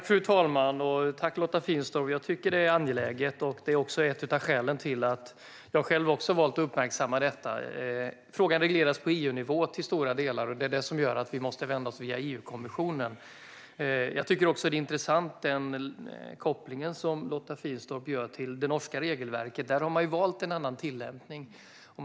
Fru talman! Tack, Lotta Finstorp! Jag tycker att frågan är angelägen, och det är också ett av skälen till att jag själv har valt att uppmärksamma detta. Frågan regleras till stora delar på EU-nivå, och det är det som gör att vi måste gå via EU-kommissionen. Jag tycker också att den koppling som Lotta Finstorp gör till det norska regelverket, där man har valt en annan tillämpning, är intressant.